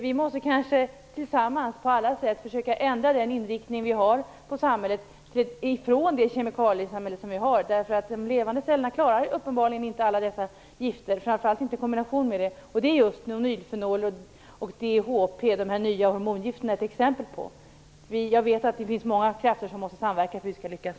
Vi måste kanske tillsammans på alla sätt försöka ändra inriktning, så att vi kommer från det kemikaliesamhälle som vi har. De levande cellerna klarar uppenbarligen inte av alla dessa gifter, framför allt inte kombinationer av dem. Det är de nya hormongifterna nonylfenol och DEHP exempel på. Jag vet att många krafter måste samverka för att vi skall lyckas.